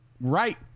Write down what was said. right